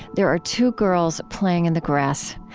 there are two girls playing in the grass.